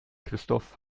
christoph